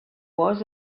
was